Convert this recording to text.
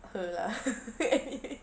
her lah and it's